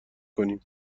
کنیم